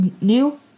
new